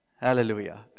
Hallelujah